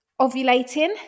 ovulating